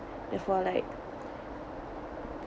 therefore like